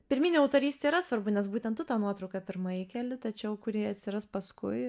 pirminė autorystė yra svarbu nes būtent tu tą nuotrauką pirma įkeli tačiau kur ji atsiras paskui